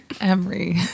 Emery